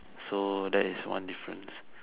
so that is one difference